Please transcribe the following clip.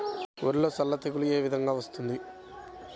వరిలో సల్ల తెగులు ఏ విధంగా వస్తుంది?